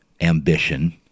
ambition